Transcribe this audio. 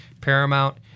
paramount